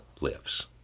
lives